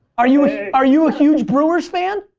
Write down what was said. are you are you a huge brewers fan?